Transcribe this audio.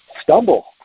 stumble